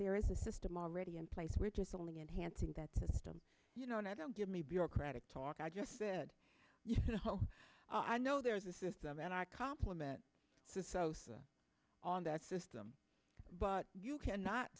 there is a system already in place which is only enhancing that system you know now don't give me bureaucratic talk i just said you know i know there is a system and i compliment the sosa on that system but you cannot